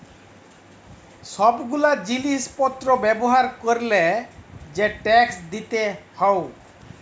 সব গুলা জিলিস পত্র ব্যবহার ক্যরলে যে ট্যাক্স দিতে হউ